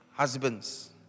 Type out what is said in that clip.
Husbands